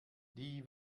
die